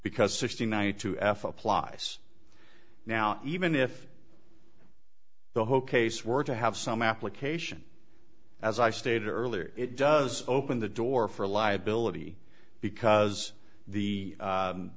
because sixty nine to f applies now even if the whole case were to have some application as i stated earlier it does open the door for liability because the